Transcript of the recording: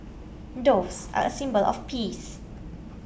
doves are a symbol of peace